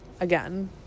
Again